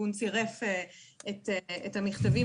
את המכתבים